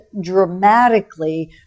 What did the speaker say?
dramatically